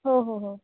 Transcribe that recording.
हो हो हो